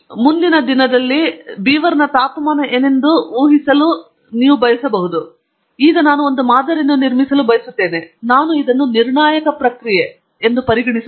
ಮುಂದಿನ ದಿನದಲ್ಲಿ ಬೀವರ್ನ ತಾಪಮಾನ ಏನೆಂದು ನಾನು ಊಹಿಸಲು ಬಯಸುತ್ತೇನೆ ನಾನು ಒಂದು ಮಾದರಿಯನ್ನು ನಿರ್ಮಿಸಲು ಬಯಸುತ್ತೇನೆ ನಾನು ಇದನ್ನು ನಿರ್ಣಾಯಕ ಪ್ರಕ್ರಿಯೆ ಎಂದು ಪರಿಗಣಿಸಬೇಕೇ